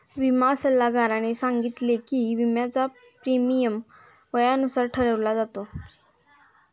विमा सल्लागाराने सांगितले की, विम्याचा प्रीमियम वयानुसार ठरवला जातो